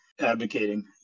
advocating